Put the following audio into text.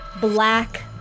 black